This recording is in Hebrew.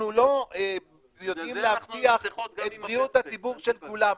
-- אנחנו לא יודעים להבטיח את בריאות הציבור של כולם,